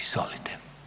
Izvolite.